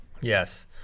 yes